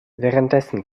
währenddessen